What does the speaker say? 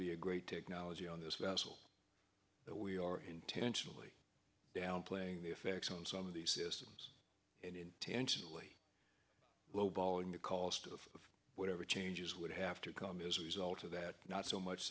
be a great technology on this vessel that we are intentionally downplaying the effects on some of these systems and intentionally low balling the cost of whatever changes would have to come as a result of that not so much